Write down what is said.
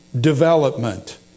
development